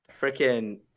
freaking